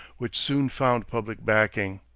which soon found public backing.